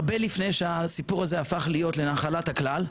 הרבה לפני שהסיפור הזה הפך להיות לנחלת הכלל,